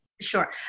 Sure